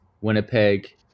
Winnipeg